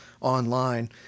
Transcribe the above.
online